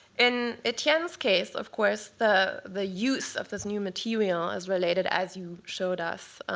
in etienne's case, of course, the the use of this new material, as related as you showed us,